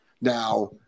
Now